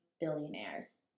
billionaires